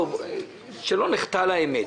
שלא נחטא לאמת,